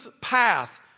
path